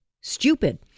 Stupid